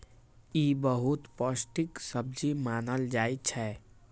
ई बहुत पौष्टिक सब्जी मानल जाइ छै